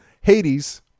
Hades